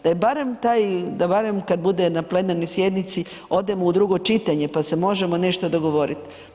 Da je barem taj, da barem kad bude na plenarnoj sjednici odemo u drugo čitanje, pa se možemo nešto dogovorit.